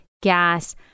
gas